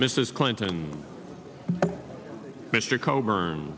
mrs clinton mr coburn